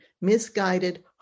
misguided